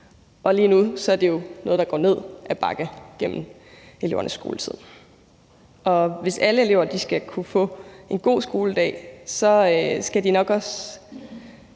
Og lige nu er det jo noget, der går ned ad bakke gennem elevernes skoletid. Hvis alle elever skal kunne få en god skoledag, skal de nok også